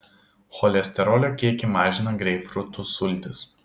cholesterolio kiekį mažina greipfrutų sultys